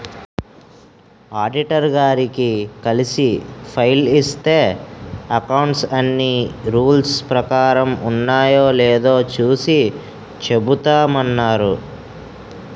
auditor గారిని కలిసి file ఇస్తే అకౌంట్స్ అన్నీ రూల్స్ ప్రకారం ఉన్నాయో లేదో చూసి చెబుతామన్నారు